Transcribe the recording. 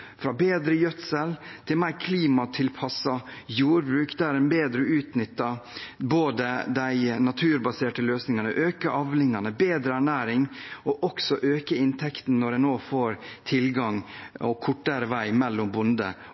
fra bedre gjødsel til mer klimatilpasset jordbruk der man bedre utnytter de naturbaserte løsningene, øker avlingene, bedrer ernæring og også øker inntekten når man nå får tilgang – og kortere vei mellom bonde